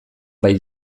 bai